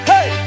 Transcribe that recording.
Hey